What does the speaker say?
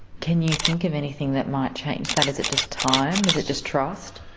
can you think of anything that might change that? is it just time, is it just trust?